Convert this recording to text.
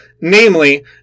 namely